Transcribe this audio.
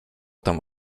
tam